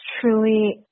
truly